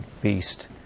beast